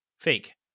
fake